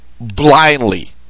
blindly